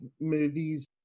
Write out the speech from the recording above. movies